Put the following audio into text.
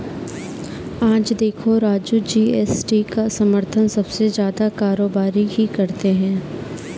आज देखो राजू जी.एस.टी का समर्थन सबसे ज्यादा कारोबारी ही करते हैं